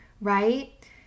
right